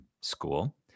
school